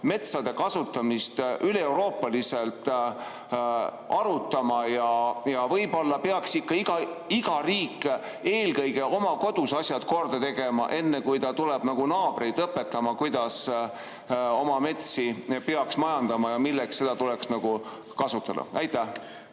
metsade kasutamist üleeuroopaliselt arutama? Ja võib-olla peaks ikka iga riik eelkõige oma kodus asjad korda tegema, enne kui tullakse naabreid õpetama, kuidas nende metsa peaks majandama ja milleks seda tuleks kasutada? Kaja